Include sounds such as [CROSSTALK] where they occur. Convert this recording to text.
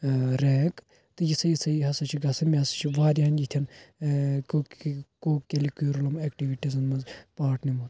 ٲں رینٛک تہٕ یِژھٔے یِژھٔے ہَسا چھِ گَژھان مےٚ ہَسا چھِ واریاہن یِتھیٚن ٲں [UNINTELLIGIBLE] ایٚکٹِوِٹیٖزَن مَنٛز پارٹ نِمُت